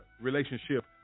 relationship